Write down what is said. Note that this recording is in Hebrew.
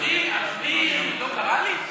אדוני לא קרא לי?